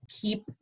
keep